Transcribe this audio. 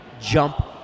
jump